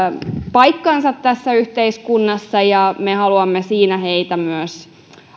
paikkansa tässä yhteiskunnassa ja me haluamme siinä heitä myös